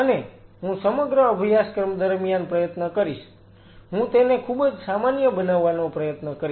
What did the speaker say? અને હું સમગ્ર અભ્યાસક્રમ દરમિયાન પ્રયત્ન કરીશ હું તેને ખૂબ જ સામાન્ય બનાવવાનો પ્રયત્ન કરીશ